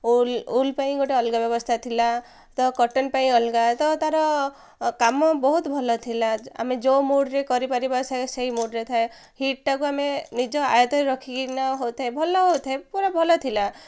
ul wool ପାଇଁ ଗୋଟେ ଅଲଗା ବ୍ୟବସ୍ଥା ଥିଲା ତ କଟନ୍ ପାଇଁ ଅଲଗା ତ ତାର କାମ ବହୁତ ଭଲ ଥିଲା ଆମେ ଯୋଉ ମୁଡ୍ରେ କରିପାରିବା ସେଇ ମୁଡ୍ରେ ଥାଏ ହିଟ୍ଟାକୁ ଆମେ ନିଜ ଆୟତରେ ରଖିକିନା ହେଉଥାଏ ଭଲ ହେଉଥାଏ ପୁରା ଭଲ ଥିଲା